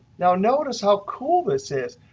now, notice how cool this is.